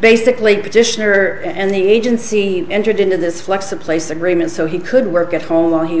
basically petitioner and the agency entered into this flex a place agreement so he could work at home while he